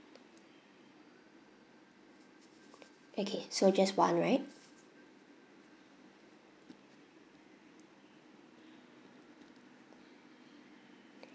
okay so just one right